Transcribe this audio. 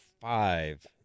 five